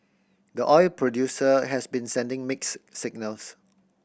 the oil producer has been sending mixed signals